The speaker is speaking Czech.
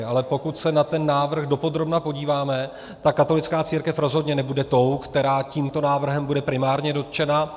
Ale pokud se na ten návrh dopodrobna podíváme, tak katolická církev rozhodně nebude tou, která tímto návrhem bude primárně dotčena.